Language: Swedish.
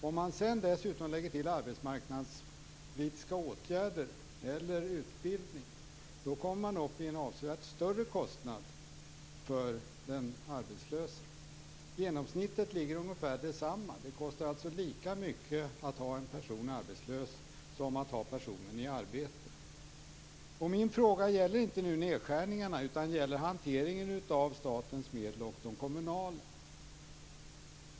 Lägger man sedan till arbetsmarknadspolitiska åtgärder eller utbildning, kommer man upp i en avsevärt större kostnad för den arbetslöse. Genomsnittet ligger på ungefär detsamma. Det kostar alltså lika mycket att ha en person arbetslös som att ha personen i arbete. Min fråga gäller inte nedskärningarna utan hanteringen av statens och de kommunala medlen.